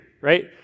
right